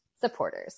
supporters